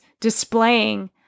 displaying